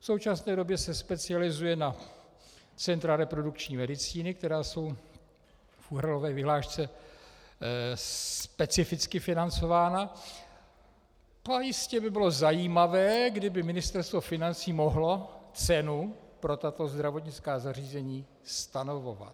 V současné době se specializuje na centra reprodukční medicíny, která jsou v úhradové vyhlášce specificky financována, a jistě by bylo zajímavé, kdyby Ministerstvo financí mohlo cenu pro tato zdravotnická zařízení stanovovat.